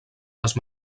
les